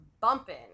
bumping